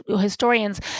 historians